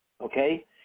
okay